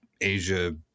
Asia